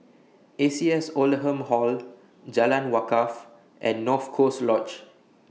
A C S Oldham Hall Jalan Wakaff and North Coast Lodge